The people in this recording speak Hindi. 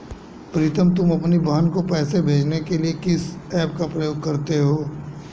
प्रीतम तुम अपनी बहन को पैसे भेजने के लिए किस ऐप का प्रयोग करते हो?